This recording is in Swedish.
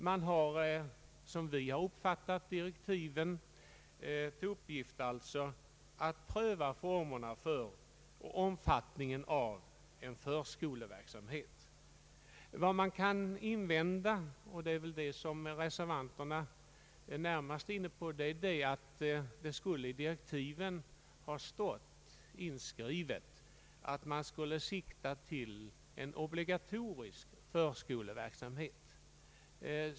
Men den har också, såsom vi har uppfattat direktiven, till uppgift att pröva formerna för och omfattningen av en lekskoleverksamhet. Vad som här kan invändas, och det är väl detta som reservanterna närmast är inne på, är att det i direktiven borde ha stått inskrivet att man siktade till en obligatorisk förskoleverksamhet.